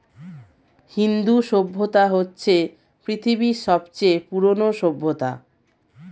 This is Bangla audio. হিন্দু সভ্যতা হচ্ছে পৃথিবীর সবচেয়ে পুরোনো সভ্যতা